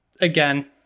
again